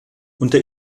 unter